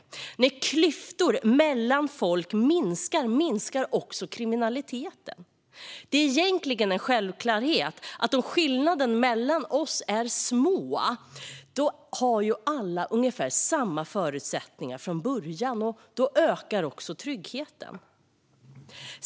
När klyftor mellan människor minskar så minskar också kriminaliteten. Det är egentligen en självklarhet att om skillnaden mellan oss är liten har alla ungefär samma förutsättningar från början, och då ökar också tryggheten.